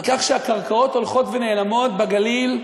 על כך שהקרקעות הולכות ונעלמות בגליל.